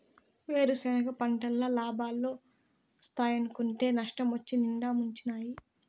వేరుసెనగ పంటల్ల లాబాలోస్తాయనుకుంటే నష్టమొచ్చి నిండా ముంచినాయి